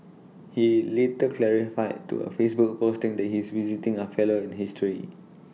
he later clarified to A Facebook posting that he is visiting A fellow in history